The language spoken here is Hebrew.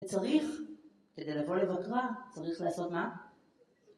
וצריך, כדי לבוא לבקרה, צריך לעשות מה?